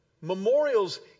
Memorials